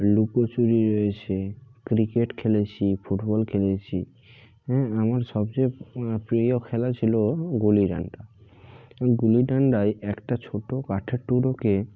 লুকোচুরি রয়েছে ক্রিকেট খেলেছি ফুটবল খেলেছি হ্যাঁ আমার সবচেয়ে প্রিয় খেলা ছিল গুলি ডান্ডা এই গুলি ডান্ডায় একটা ছোটো কাঠের টুকরোকে